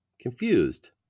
Confused